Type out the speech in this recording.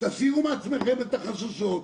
תסירו מעצמכם את החששות,